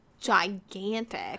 gigantic